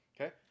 Okay